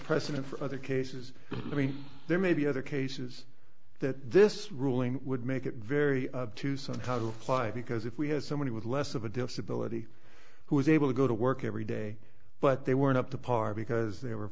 precedent for other cases i mean there may be other cases that this ruling would make it very up to some time to reply because if we had somebody with less of a disability who was able to go to work every day but they weren't up to par because they were